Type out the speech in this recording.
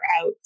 out